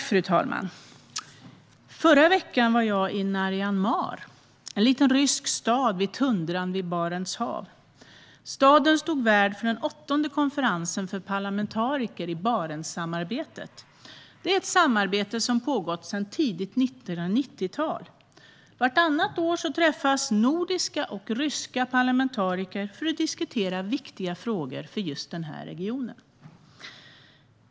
Fru talman! I förra veckan var jag i Narjan-Mar, en liten rysk stad på tundran vid Barents hav. Staden stod värd för den åttonde konferensen för parlamentariker i Barentssammarbetet. Det är ett samarbete som har pågått sedan tidigt 1990-tal. Vartannat år träffas nordiska och ryska parlamentariker för att diskutera viktiga frågor för just den här regionen.